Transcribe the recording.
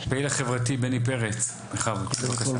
הפעיל החברתי בני פרץ בכבוד.